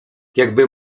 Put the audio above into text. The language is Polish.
jakby